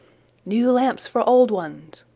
new lamps for old ones!